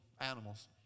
animals